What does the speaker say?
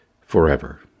forever